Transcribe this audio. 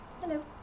hello